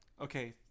Okay